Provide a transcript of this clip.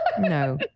no